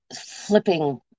flipping